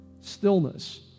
Stillness